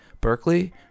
Berkeley